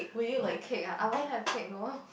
my cake ah I won't have cake though